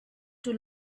too